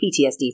PTSD